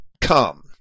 come